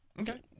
Okay